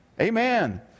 Amen